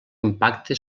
impacte